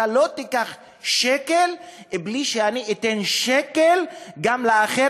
אתה לא תיקח שקל בלי שאני אתן שקל גם לאחר,